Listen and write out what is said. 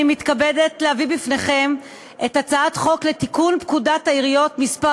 אני מתכבדת להביא בפניכם את הצעת חוק לתיקון פקודת העיריות (מס'